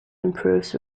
improves